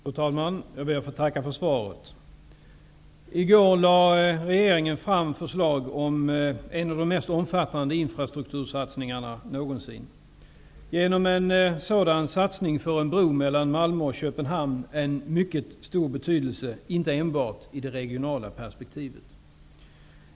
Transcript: Fru talman! Jag ber att få tacka för svaret. I går lade regeringen fram förslag om en av de mest omfattande infrastruktursatsningarna någonsin. En satsning för en bro mellan Malmö och Köpenhamn är av mycket stor betydelse inte enbart i det regionala perspektivet.